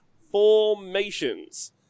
Formations